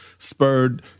spurred